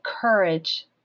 courage